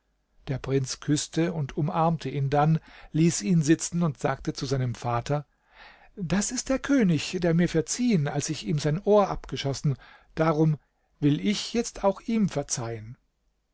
der prinz küßte und umarmte ihn dann ließ ihn sitzen und sagte zu seinem vater das ist der könig der mir verziehen als ich ihm sein ohr abgeschossen darum will ich jetzt auch ihm verzeihen